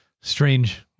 strange